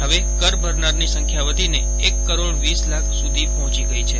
હવે કર ભરનારની સંખ્યા વધીને એક કરોડ વીસ લાખ સુધી પહોંચી ગઇ છે